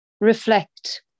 reflect